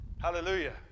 Hallelujah